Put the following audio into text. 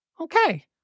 Okay